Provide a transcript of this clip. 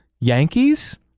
Yankees